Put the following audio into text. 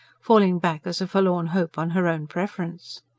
falling back as a forlorn hope on her own preference.